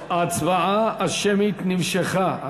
רבותי, ההצבעה השמית נמשכה.